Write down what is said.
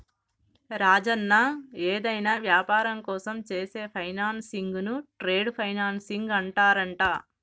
రాజన్న ఏదైనా వ్యాపారం కోసం చేసే ఫైనాన్సింగ్ ను ట్రేడ్ ఫైనాన్సింగ్ అంటారంట